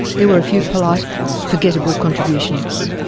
there were a few polite forgettable contributions.